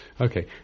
Okay